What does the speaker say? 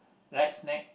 light snack